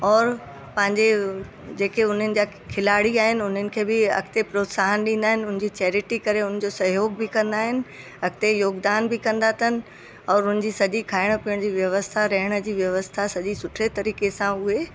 औरि पंहिंजे जेके उन्हनि जा खिलाड़ी आहिनि उन्हनि खे बि अॻिते प्रोत्साहन ॾींदा आहिनि उन जी चैरिटी करे उन जो सहयोग बि कंदा आहिनि अॻिते योगदान बी कंदा अथनि औरि उन जी सॼी खाइण पीअण जी व्यवस्था रहण जी व्यवस्था सॼी सुठे तरीक़े सां उहे